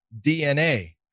DNA